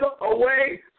away